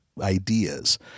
ideas